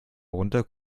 runter